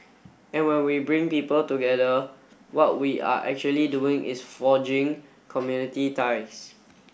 and when we bring people together what we are actually doing is forging community ties